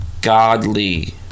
godly